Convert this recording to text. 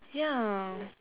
ya